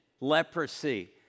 leprosy